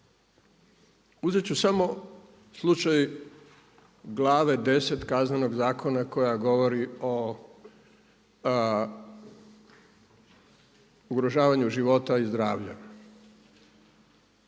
Uzet ću samo slučaj Glave X. Kaznenog zakona koja govori o ugrožavanju života i zdravlja.